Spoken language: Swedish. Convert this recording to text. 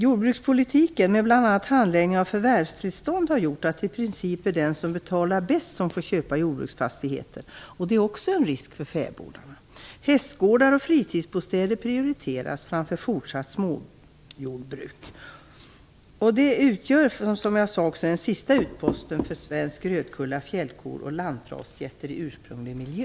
Jordbrukspolitiken, med bl.a. handläggning av förvärvstillstånd, har gjort att det i princip är den som betalar bäst som får köpa jordbruksfastigheter. Det är också en risk för fäbodarna. Hästgårdar och fritidsbostäder prioriteras framför fortsatt småjordbruk. Fäbodbruket utgör, som jag tidigare sade, den sista utposten för svensk rödkulla, fjällko och lantrasgetter i ursprunglig miljö.